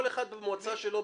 כל אחד במועצה שלו,